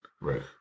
Right